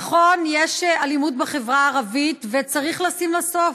נכון, יש אלימות בחברה הערבית וצריך לשים לה סוף.